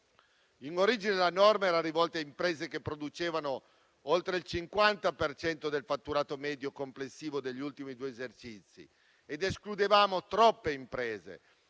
In origine, la norma era rivolta a imprese che producevano oltre il 50 per cento del fatturato medio complessivo degli ultimi due esercizi ed escludeva troppe imprese.